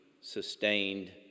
sustained